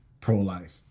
pro-life